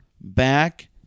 back